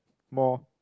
more